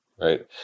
right